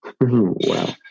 Wow